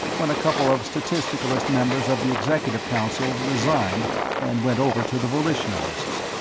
when a couple of statisticalist members of the executive council resigned and went over to the volitionalists.